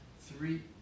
three